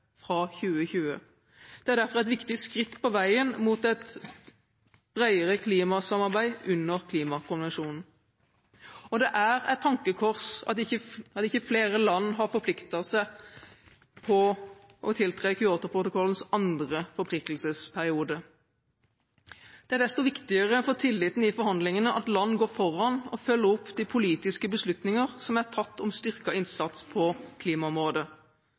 fra 2020. Den er derfor et viktig skritt på veien mot et bredere klimasamarbeid under klimakonvensjonen. Det er et tankekors at ikke flere land har forpliktet seg til å tiltre Kyotoprotokollens andre forpliktelsesperiode. Det er desto viktigere for tilliten i forhandlingene at land går foran og følger opp de politiske beslutninger som er tatt om styrket innsats på klimaområdet.